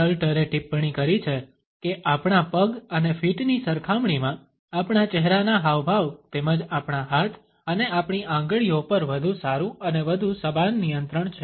સ્ટલ્ટરએ ટિપ્પણી કરી છે કે આપણા પગ અને ફીટની સરખામણીમાં આપણા ચહેરાના હાવભાવ તેમજ આપણા હાથ અને આપણી આંગળીઓ પર વધુ સારું અને વધુ સભાન નિયંત્રણ છે